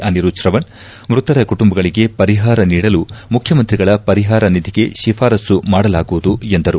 ಅನಿರುದ್ದೆ ತ್ರವಣ್ ಮೃತರ ಕುಟುಂಬಗಳಗೆ ಪರಿಹಾರ ನೀಡಲು ಮುಖ್ಣಮಂತ್ರಿಗಳ ಪರಿಹಾರ ನಿಧಿಗೆ ಶಿಫಾರಸು ಮಾಡಲಾಗುವುದು ಎಂದರು